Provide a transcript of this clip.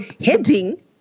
heading